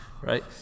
Right